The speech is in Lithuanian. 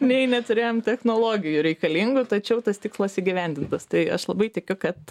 nei neturėjom technologijų reikalingų tačiau tas tikslas įgyvendintas tai aš labai tikiu kad